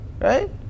right